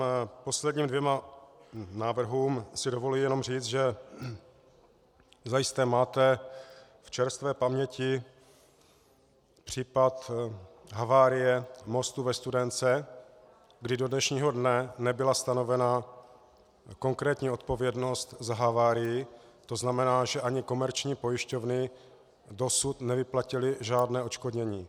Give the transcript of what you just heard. K posledním dvěma návrhům si dovoluji jenom říci, že zajisté máte v čerstvé paměti případ havárie mostu ve Studénce, kdy do dnešního dne nebyla stanovena konkrétní odpovědnost za havárii, to znamená, že ani komerční pojišťovny dosud nevyplatily žádné odškodnění.